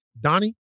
Donnie